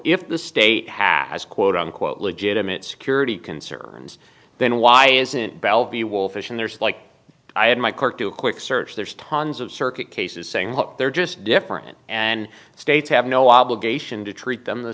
if the state has quote unquote legitimate security concerns then why isn't bellevue wolfish and there's like i had my court do a quick search there's tons of circuit cases saying look they're just different and states have no obligation to treat them the